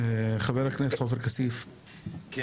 חבר הכנסת עופר כסיף, בבקשה.